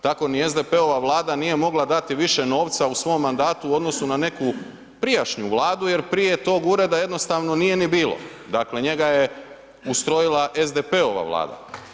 Tako ni SDP-ova vlada nije mogla dati više novca u svom mandatu u odnosu na neku prijašnju vladu jer prije tog ureda jednostavno nije ni bilo, dakle njega je ustrojila SDP-ova vlada.